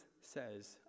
says